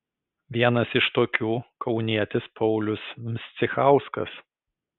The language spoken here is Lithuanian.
vienas iš tokių kaunietis paulius mscichauskas